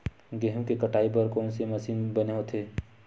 गेहूं के कटाई बर कोन कोन से मशीन बने होथे?